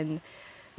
不简单啊